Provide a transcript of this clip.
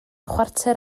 chwarter